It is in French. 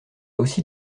aussi